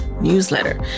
newsletter